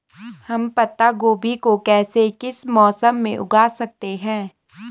हम पत्ता गोभी को किस मौसम में उगा सकते हैं?